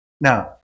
Now